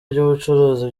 by’ubucuruzi